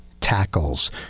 tackles